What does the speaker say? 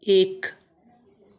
एक